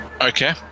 Okay